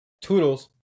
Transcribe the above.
Toodles